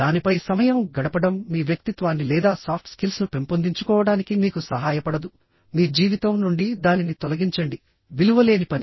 దానిపై సమయం గడపడం మీ వ్యక్తిత్వాన్ని లేదా సాఫ్ట్ స్కిల్స్ను పెంపొందించుకోవడానికి మీకు సహాయపడదు మీ జీవితం నుండి దానిని తొలగించండి విలువ లేని పని